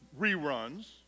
reruns